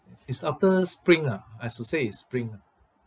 it's after spring lah I should say is spring ah